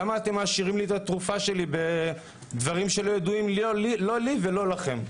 למה אתם מעשירים לי את התרופה שלי בדברים שלא ידועים לא לי וגם לא לכם?